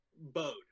bowed